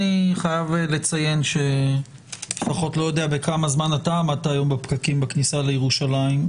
אני לא יודע כמה זמן אתה עמדת היום בפקקים בכניסה לירושלים,